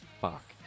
Fuck